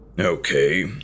Okay